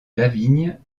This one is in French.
lavigne